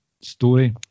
story